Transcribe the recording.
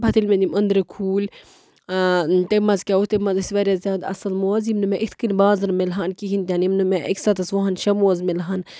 پتہٕ ییٚلہِ مےٚ یِم أنٛدرٕ کھوٗلۍ تمہِ منٛز کیٛاہ اوس تمہِ منٛز اوس وارِیاہ زیادٕ اَصٕل موزٕ یِم نہِ مےٚ اِتھ کٔنۍ بازرٕ مِلہٕ ہن کِہیٖنۍ تہِ نہٕ یِم نہٕ مےٚ أکِس ہَتس وُہن شےٚ موزٕ مِلہٕ ہن